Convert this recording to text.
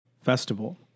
festival